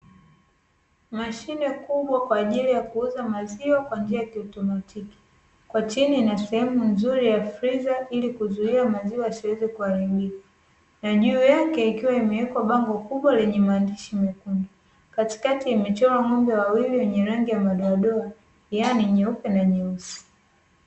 Mashine kubwa kwa ajili ya kuuza maziwa kwa njia ya kiautomatiki kwa chini ina sehemu nzuri ya friza ili kuzuia maziwa yasiweze kuharibika, na juu yake ikiwa imewekwa bango kubwa lenye maandishi mekundu katikata kumechorwa ng’ombe wawili wenye ragi ya madoadoa yaani nyeupe na nyeusi.